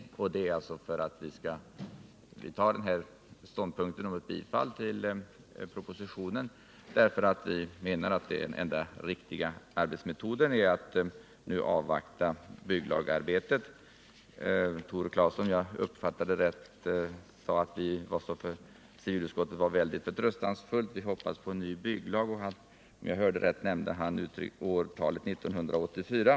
Anledningen till att vi har tagit ståndpunkten om ett bifall till propositionen är att vi menar att den enda riktiga arbetsmetoden är att nu avvakta bygglagarbetet. Tore Claeson sade — om jag uppfattade honom rätt — att vi i civilutskottet varså förtröstansfulla när vi hoppades på en ny bygglag. Och om jag hörde rätt nämnde han årtalet 1984.